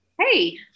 Hey